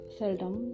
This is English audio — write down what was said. seldom